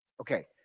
Okay